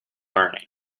learning